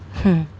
hmm